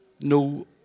No